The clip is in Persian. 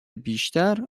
بیشتر